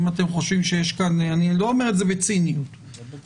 אם אתם חושבים שיש כאן אני לא אומר את זה בציניות; בסדר,